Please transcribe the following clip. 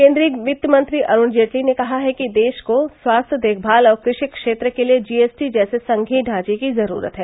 केन्द्रीय वित्तमंत्री अरूण जेटली ने कहा है कि देश को स्वास्थ्य देखभाल और कृषि क्षेत्र के लिए जी एस टी जैसे संघीय ढांचे की जरूरत है